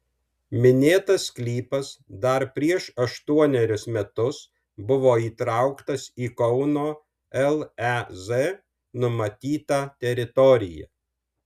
minėtas sklypas dar prieš aštuonerius metus buvo įtrauktas į kauno lez numatytą teritoriją